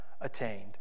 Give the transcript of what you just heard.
attained